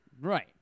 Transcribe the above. Right